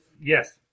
Yes